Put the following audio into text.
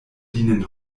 dienen